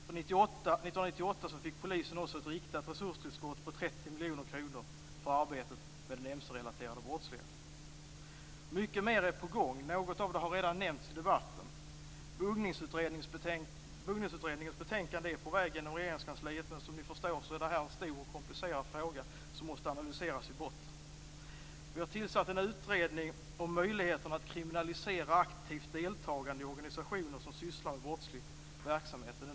För 1998 fick polisen också ett riktat resurstillskott på 30 miljoner kronor för arbetet med den mcrelaterade brottsligheten. Mycket mer är på gång. Något av det har redan nämnts i debatten. Buggningsutredningens betänkande är på väg genom Regeringskansliet, men som ni förstår är detta en stor och komplicerad fråga som måste analyseras i botten. Vi har nyligen tillsatt en utredning om möjligheten att kriminalisera aktivt deltagande i organisationer som sysslar med brottslig verksamhet.